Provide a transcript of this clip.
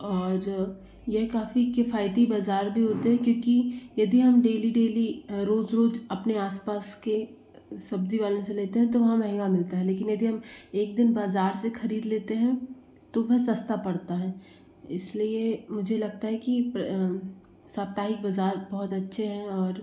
और यह काफ़ी किफ़ाइती बाज़ार भी होते हैं क्योंकि यदि हम डेली डेली रोज़ रोज़ अपने आसपास के सब्जीवालों से लेते है तो वहाँ महंगा मिलता है लेकिन यदि हम एक दिन बाज़ार से ख़रीद लेते हैं तो वह सस्ता पड़ता है इसलिए मुझे लगता है कि साप्ताहिक बाज़ार बहुत अच्छे हैं और